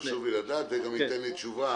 חשוב לי לדעת, וזה גם ייתן לי תשובה